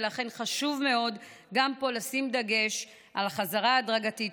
ולכן חשוב מאוד גם פה לשים דגש על חזרה הדרגתית,